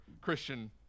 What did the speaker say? Christian